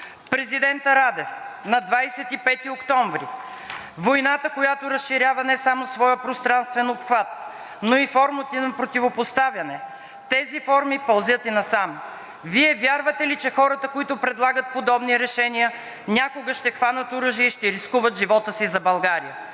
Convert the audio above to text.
Президентът Радев на 25 октомври: „Войната, която разширява не само своя пространствен обхват, но и формите ѝ на противопоставяне, тези форми пълзят и насам. Вие вярвате ли, че хората, които предлагат подобни решения, някога ще хванат оръжие и ще рискуват живота си за България?